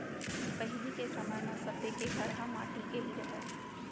पहिली के समय म सब्बे के घर ह माटी के ही रहय